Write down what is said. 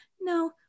no